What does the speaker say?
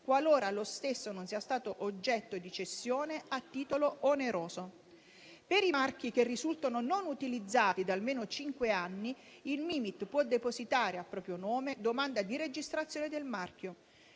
qualora lo stesso non sia stato oggetto di cessione a titolo oneroso. Per i marchi che risultano non utilizzati da almeno cinque anni, il Mimit può depositare a proprio nome domanda di registrazione del marchio.